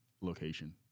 location